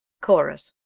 chorus.